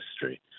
history